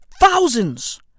Thousands